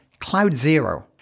CloudZero